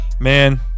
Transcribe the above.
Man